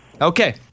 Okay